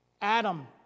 Adam